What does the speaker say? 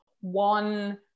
one